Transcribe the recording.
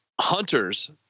Hunters